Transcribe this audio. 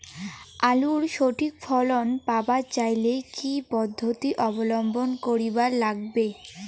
আলুর সঠিক ফলন পাবার চাইলে কি কি পদ্ধতি অবলম্বন করিবার লাগবে?